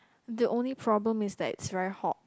the only problem is that it's very hot